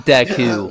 Deku